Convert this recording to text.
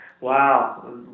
Wow